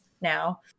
now